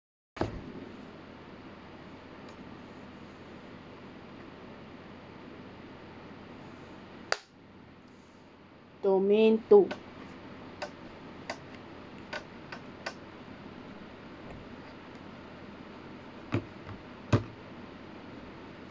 domain two